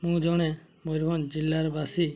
ମୁଁ ଜଣେ ମୟୂରଭଞ୍ଜ ଜିଲ୍ଲାର ବାସୀ